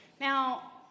Now